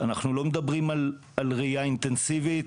אנחנו לא מדברים על רעייה אינטנסיבית.